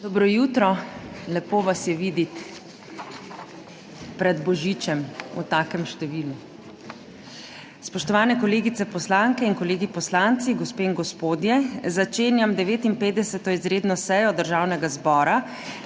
Dobro jutro, lepo vas je videti pred božičem v takem številu! Spoštovani kolegice poslanke in kolegi poslanci, gospe in gospodje! Začenjam 59. izredno sejo Državnega zbora,